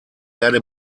erde